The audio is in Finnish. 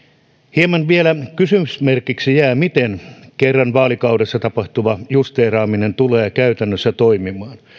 hieman vielä kysymysmerkiksi jää miten kerran vaalikaudessa tapahtuva justeeraaminen tulee käytännössä toimimaan